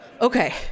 Okay